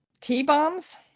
T-bombs